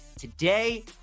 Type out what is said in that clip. today